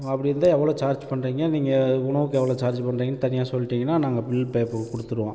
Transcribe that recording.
அப்படி இருந்தால் எவ்வளவு சார்ச் பண்றீங்க நீங்கள் உணவுக்கு எவ்வளவு சார்ச் பண்ணுறிங்கனு தனியாக சொல்லிடிங்கனால் நாங்கள் பில் பே கொடுத்துருவோம்